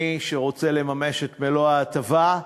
מי שרוצה לממש את מלוא ההטבה,